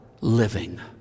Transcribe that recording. living